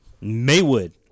Maywood